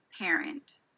parent